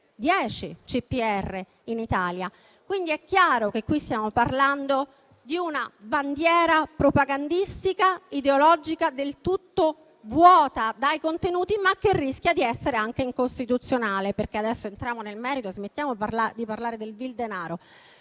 10 CPR in Italia. È chiaro allora che qui stiamo parlando di una bandiera propagandistica e ideologica del tutto vuota di contenuti, che rischia però di essere anche incostituzionale. Entriamo infatti nel merito e smettiamola di parlare del vil denaro.